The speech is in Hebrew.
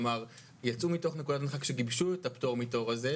כלומר: יצאו מתוך נקודת הנחה כשגיבשנו את הפטור מתור הזה,